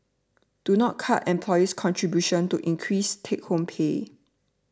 do not cut employee's contributions to increase take home pay